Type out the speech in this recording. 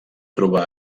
trobar